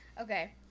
Okay